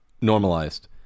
normalized